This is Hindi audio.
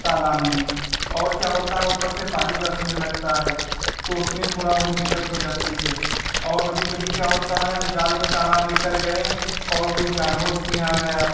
तालाब में और क्या होता है ऊपर से पानी बरसने लगता है तो उसमें थोड़ा बहुत दिक्कत हो जाती है और कभी कभी क्या होता है हम जाल में तालाब लेकर गएँ और कोई जानवर उसमें आ गया